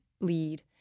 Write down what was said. lead